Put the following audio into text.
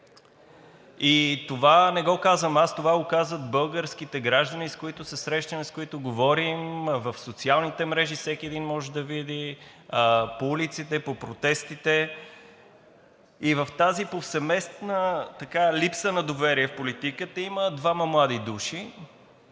Това не го казвам аз, това го казват българските граждани, с които се срещаме и с които говорим – в социалните мрежи всеки един може да види, по улиците и по протестите. И в тази повсеместна липса на доверие в политиката има двама млади хора,